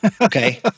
Okay